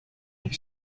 jak